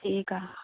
ठीकु आहे